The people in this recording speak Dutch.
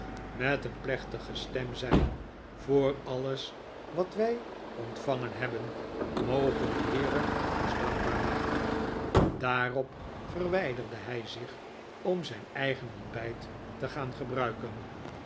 met een plechtige stem zei voor alles wat wij ontvangen hebben moge de heere ons dankbaar maken daarop verwijderde hij zich om zijn eigen ontbijt te gaan gebruiken